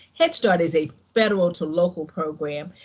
head start is a federal to local program.